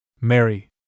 Mary